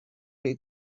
les